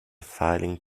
filing